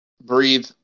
breathe